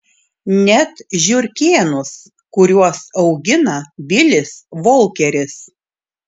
net žiurkėnus kuriuos augina bilis volkeris